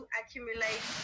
accumulate